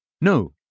No